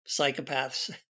psychopaths